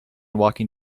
walking